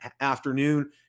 afternoon